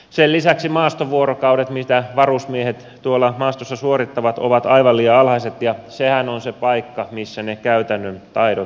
sen lisäksi maastovuorokausien määrä mitä varusmiehet tuolla maastossa suorittavat on aivan liian alhainen ja sehän on se paikka missä ne käytännön taidot opitaan